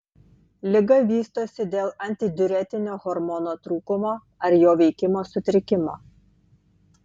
liga vystosi dėl antidiuretinio hormono trūkumo ar jo veikimo sutrikimo